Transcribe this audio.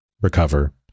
recover